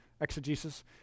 Exegesis